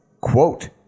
quote